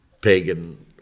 pagan